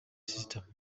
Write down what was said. sister